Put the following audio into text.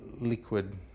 liquid